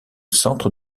centre